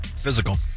physical